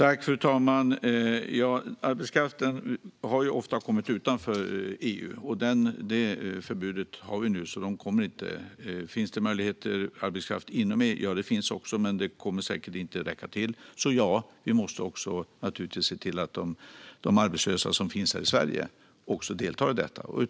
Fru talman! Arbetskraften har ofta kommit från länder utanför EU. Nu har vi ett förbud som gör att det inte kommer arbetskraft därifrån. Finns det då möjlighet till arbetskraft från länder inom EU? Ja, det finns det, men den kommer säkert inte att räcka till. Vi måste alltså naturligtvis se till att även de arbetslösa som finns här i Sverige deltar i detta.